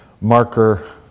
marker